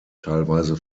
teilweise